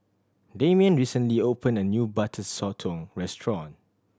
Damian recently opened a new Butter Sotong restaurant